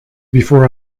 before